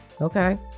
okay